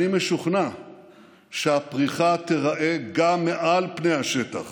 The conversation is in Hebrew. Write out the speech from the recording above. אני משוכנע שהפריחה תיראה גם מעל פני השטח